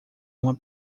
uma